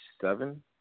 seven